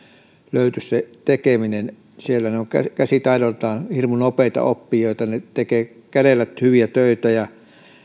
löytyisi se tekeminen siellä käsitaidoiltaan hirmu nopeita oppijoita he tekevät kädellä hyviä töitä ja